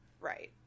Right